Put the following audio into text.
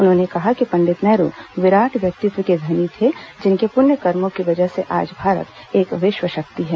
उन्होंने कहा कि पंडित नेहरू विराट व्यक्तित्व के धनी थी जिनके पुण्य कर्मों की वजह से आज भारत एक विश्व शक्ति है